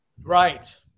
right